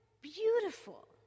beautiful